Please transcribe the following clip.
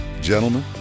gentlemen